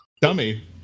Dummy